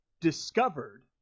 discovered